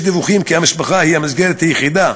יש דיווחים כי המשפחה היא המסגרת היחידה